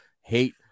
hate